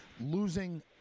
losing